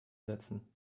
setzen